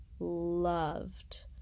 loved